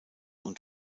und